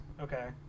Okay